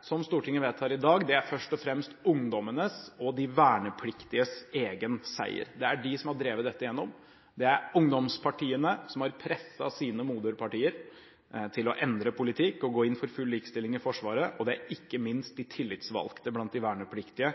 som Stortinget vedtar i dag, er først og fremst ungdommenes og de vernepliktiges egen seier. Det er de som har drevet dette igjennom. Det er ungdomspartiene som har presset sine moderpartier til å endre politikk og gå inn for full likestilling i Forsvaret, og det er ikke minst de tillitsvalgte blant de vernepliktige